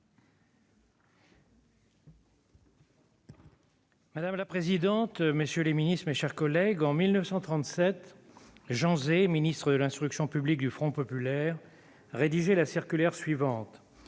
Madame la présidente, messieurs les ministres, mes chers collègues, en 1937, Jean Zay, ministre de l'instruction publique du Front populaire, rédigeait une circulaire, dans